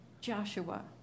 Joshua